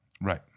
Right